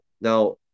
Now